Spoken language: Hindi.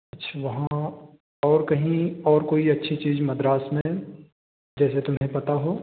अच्छा वहाँ और कहीं और कोई अच्छी चीज़ मद्रास में जैसे तुम्हें पता हो